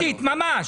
פוליטית, ממש.